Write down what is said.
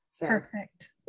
Perfect